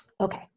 okay